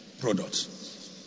products